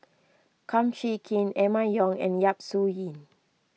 Kum Chee Kin Emma Yong and Yap Su Yin